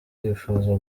yifuza